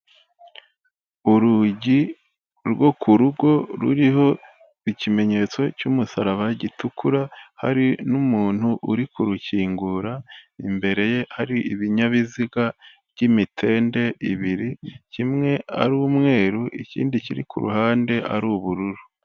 Urugi rwo ku rugo ruriho ikimenyetso cy'umusaraba gitukura, hari n'umuntu uri kurukingura imbere ye hari ibinyabiziga by'imitende bibiri kimwe ari umweru ikindi kiri ku ruhande ari ubururu.